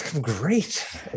Great